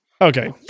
Okay